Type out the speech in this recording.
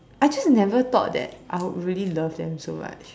I just never thought that I would really love them so much